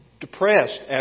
Depressed